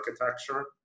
architecture